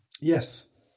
Yes